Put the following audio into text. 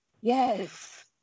Yes